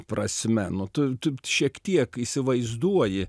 prasme nu tu tu šiek tiek įsivaizduoji